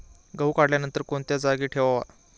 गहू काढल्यानंतर कोणत्या जागी ठेवावा?